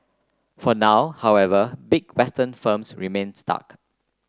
for now however big Western firms remain stuck